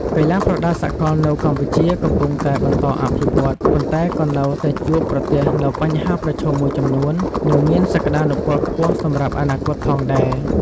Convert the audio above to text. កីឡាប្រដាល់សកលនៅកម្ពុជាកំពុងតែបន្តអភិវឌ្ឍ ប៉ុន្តែក៏នៅតែជួបប្រទះនូវបញ្ហាប្រឈមមួយចំនួន និងមានសក្ដានុពលខ្ពស់សម្រាប់អនាគតផងដែរ។